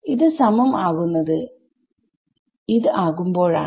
ഇത് സമം ആകുന്നത് ആകുമ്പോഴാണ്